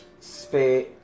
space